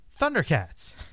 Thundercats